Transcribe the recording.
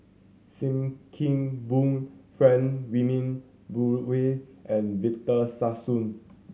Sim Kee Boon Frank Wilmin Brewer and Victor Sassoon